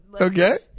Okay